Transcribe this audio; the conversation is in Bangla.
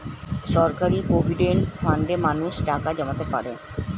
সরকারি প্রভিডেন্ট ফান্ডে মানুষ টাকা জমাতে পারে